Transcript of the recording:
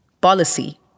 Policy